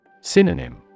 Synonym